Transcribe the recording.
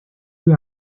you